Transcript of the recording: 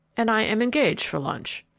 and i am engaged for lunch.